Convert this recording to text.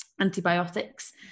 antibiotics